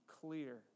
clear